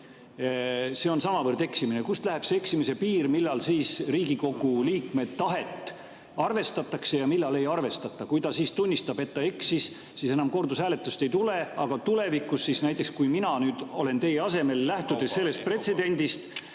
See on samavõrd eksimine. Kust läheb see eksimise piir, millal Riigikogu liikme tahet arvestatakse ja millal ei arvestata? Kui ta tunnistab, et ta eksis, siis kordushääletust ei tule. Aga tulevikus näiteks, kui mina olen teie asemel, lähtudes sellest pretsedendist,